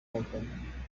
bakomokamo